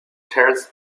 charles